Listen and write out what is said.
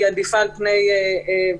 היא עדיפה על פני פרשנות.